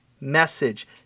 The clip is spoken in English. message